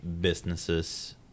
businesses